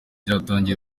batangiye